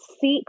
seek